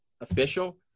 official